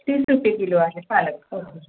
तीस रुपये किलो आहे पालक ओके